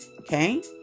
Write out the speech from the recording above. Okay